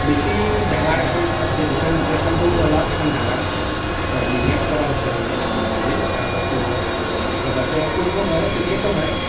বেছি ডাঙৰ এখন আছে দুখন আছে এখন সৰু অলপ এখন ডাঙৰ ডিভাইড কৰা হৈছে মানে মাজেদি তাৰ পাছত তাতে ফুটবল হয় ক্ৰিকেটো হয়